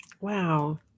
Wow